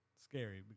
Scary